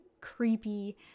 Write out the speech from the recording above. creepy